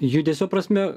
judesio prasme